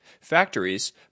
Factories